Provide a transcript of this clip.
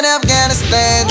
Afghanistan